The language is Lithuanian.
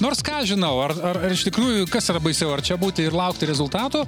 nors nežinau ar ar iš tikrųjų kas yra baisiau ar čia būti ir laukti rezultatų